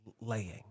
laying